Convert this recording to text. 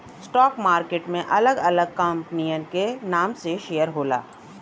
stock market में अलग अलग कंपनियन के नाम से शेयर होला